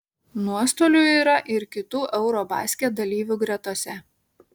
nuostolių yra ir kitų eurobasket dalyvių gretose